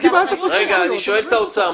אני שואל את האוצר.